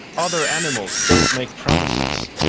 other animals don't make promises.